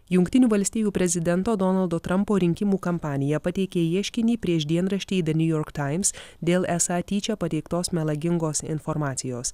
jungtinių valstijų prezidento donaldo trampo rinkimų kampanija pateikė ieškinį prieš dienraštį the new york times dėl esą tyčia pateiktos melagingos informacijos